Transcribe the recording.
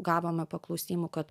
gavome paklausimų kad